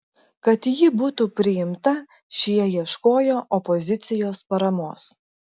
kad ji būtų priimta šie ieškojo opozicijos paramos